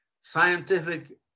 scientific